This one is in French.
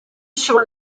sur